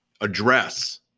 address